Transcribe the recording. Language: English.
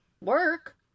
work